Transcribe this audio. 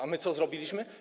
A my co zrobiliśmy?